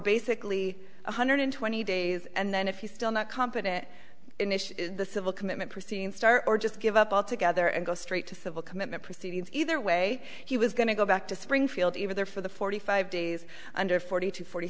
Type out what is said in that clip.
basically one hundred twenty days and then if he's still not competent the civil commitment proceeding star or just give up altogether and go straight to civil commitment proceedings either way he was going to go back to springfield even there for the forty five days under forty to forty